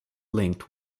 linked